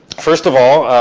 first of all,